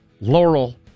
Laurel